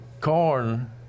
corn